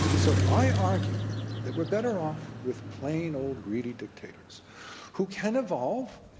so i argue that we're better off with plain old greedy dictators who can evolve,